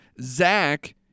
Zach